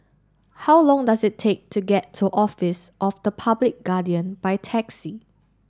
how long does it take to get to Office of the Public Guardian by taxi